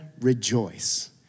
rejoice